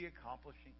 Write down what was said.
accomplishing